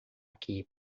aqui